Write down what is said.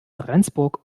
rendsburg